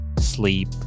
sleep